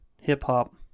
hip-hop